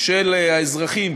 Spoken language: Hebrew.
של האזרחים,